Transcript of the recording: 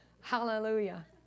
Hallelujah